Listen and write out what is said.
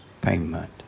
payment